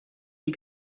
sie